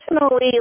personally